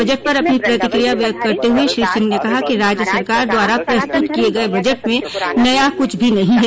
budget पर अपनी प्रतिक्रिया व्यक्त करते हुए श्री सिंह ने कहा कि राज्य सरकार द्वारा प्रस्तुत किये गये बजट में नया कुछ भी नहीं है